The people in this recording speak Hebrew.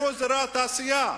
איפה אזורי התעשייה?